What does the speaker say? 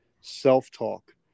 self-talk